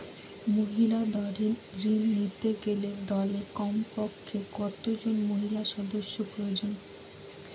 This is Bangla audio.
মহিলা দলের ঋণ নিতে গেলে দলে কমপক্ষে কত জন মহিলা সদস্য প্রয়োজন?